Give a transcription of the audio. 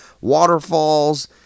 waterfalls